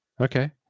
Okay